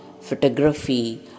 photography